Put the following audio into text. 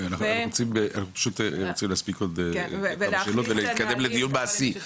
אנחנו רוצים להספיק עוד כמה שאלות ולהתקדם לדיון מעשי.